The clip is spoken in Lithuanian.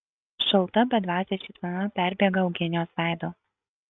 šalta bedvasė šypsena perbėga eugenijos veidu